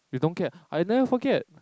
you don't care I never forget